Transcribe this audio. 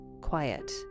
quiet